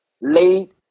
late